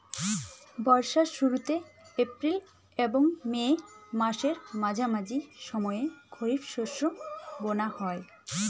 বর্ষার শুরুতে এপ্রিল এবং মে মাসের মাঝামাঝি সময়ে খরিপ শস্য বোনা হয়